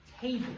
table